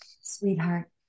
sweetheart